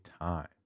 time